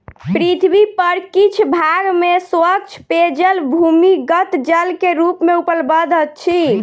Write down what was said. पृथ्वी पर किछ भाग में स्वच्छ पेयजल भूमिगत जल के रूप मे उपलब्ध अछि